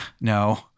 no